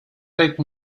take